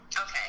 Okay